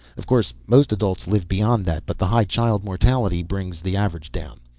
of course most adults live beyond that, but the high child mortality brings the average down.